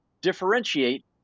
Differentiate